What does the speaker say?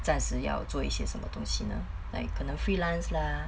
暂时要做一些什么东西呢可能 freelance lah